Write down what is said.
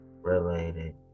related